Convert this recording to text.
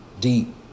Deep